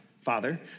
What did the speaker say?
Father